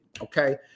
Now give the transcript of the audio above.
okay